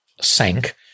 sank